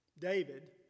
David